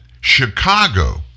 Chicago